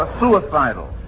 suicidal